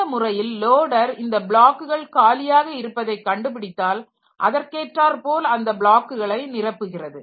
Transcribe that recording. இந்த முறையில் லோடர் இந்த பிளாக்குகள் காலியாக இருப்பதை கண்டுபிடித்தால் அதற்கேற்றார்போல் அந்த பிளாக்குகளை நிரப்புகிறது